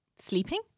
Sleeping